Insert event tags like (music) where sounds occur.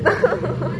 (laughs)